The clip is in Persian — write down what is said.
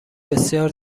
بسیار